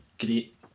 great